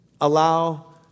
allow